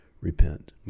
repent